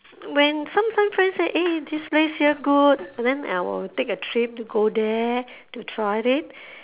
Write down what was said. when some some friend say eh this place here good then I will take a trip to go there to try it